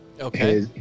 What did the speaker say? Okay